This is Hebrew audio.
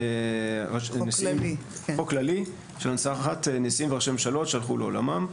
יש חוק כללי של הנצחת נשיאים וראשי ממשלות שהלכו לעולמם.